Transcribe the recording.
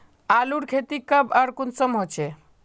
आलूर खेती कब आर कुंसम होचे?